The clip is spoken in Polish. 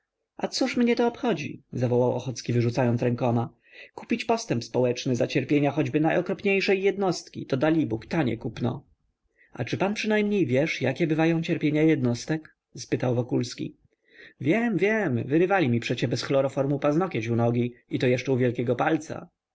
a cóż mnie to obchodzi zawołał ochocki wyrzucając rękoma kupić postęp społeczny za cierpienia choćby najokropniejsze jednostki to dalibóg tanie kupno a czy pan przynajmniej wiesz jakie bywają cierpienia jednostek spytał wokulski wiem wiem wyrywali mi przecież bez chloroformu paznogieć u nogi i to jeszcze u wielkiego palca